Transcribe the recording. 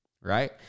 right